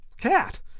cat